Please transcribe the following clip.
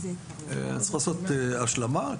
צריך לעשות השלמה.